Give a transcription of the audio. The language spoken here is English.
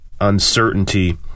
uncertainty